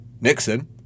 Nixon